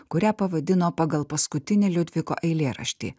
kurią pavadino pagal paskutinį liudviko eilėraštį